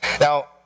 Now